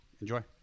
Enjoy